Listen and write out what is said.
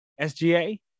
SGA